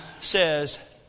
says